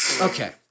Okay